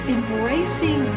Embracing